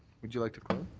would you like to close?